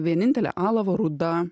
vienintelė alavo rūda